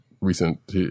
recent